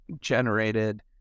generated